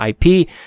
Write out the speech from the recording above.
IP